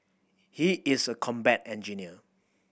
he is a combat engineer